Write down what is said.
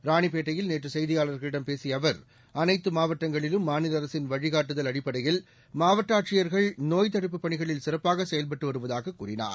ராணிப்பேட்டையில் நேற்று செய்தியாளர்களிடம் பேசிய அவர் அனைத்து மாவட்டங்களிலும் மாநில அரசின் வழிகாட்டுதல் அடிப்படையில் மாவட்ட ஆட்சியர்கள் நோய்த் தடுப்புப் பணிகளில் சிறப்பாக செயல்பட்டு வருவதாக கூறினார்